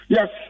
Yes